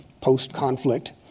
post-conflict